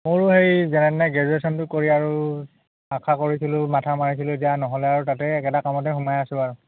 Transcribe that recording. মোৰো হেৰি যেনে তেনে গ্ৰেজুৱেচনটো কৰি আৰু আাশা কৰিছিলোঁ মাথা মাৰিছিলোঁ এতিয়া নহ'লে আৰু তাতে সেই একেটা কামতে সোমাই আছোঁ আৰু